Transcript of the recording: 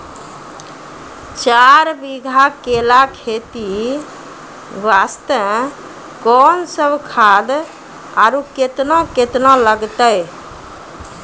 चार बीघा केला खेती वास्ते कोंन सब खाद आरु केतना केतना लगतै?